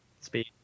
Speed